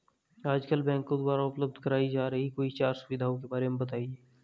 आजकल बैंकों द्वारा उपलब्ध कराई जा रही कोई चार सुविधाओं के बारे में बताइए?